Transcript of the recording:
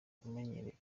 umenyereye